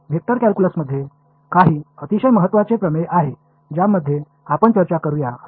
vector calculus இல் சில முக்கியமான கோட்பாடுகள் உள்ளன